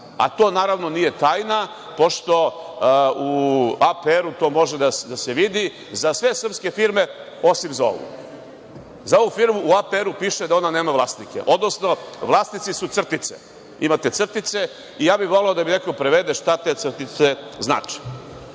To, naravno, nije tajna, pošto u APR-u to može da se vidi, za sve srpske firme, osim za ovu. Za ovu firmu u APR-u piše da ona nema vlasnike, odnosno da su vlasnici crtice, imate crtice i ja bih voleo da mi neko prevede šta te crtice znače. Treće